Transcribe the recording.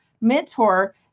mentor